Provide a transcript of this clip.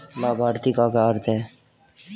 लाभार्थी का क्या अर्थ है?